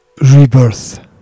Rebirth